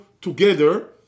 together